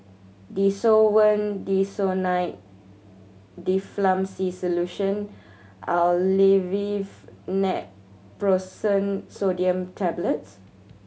Desowen Desonide Difflam C Solution Aleve Naproxen Sodium Tablets